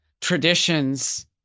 traditions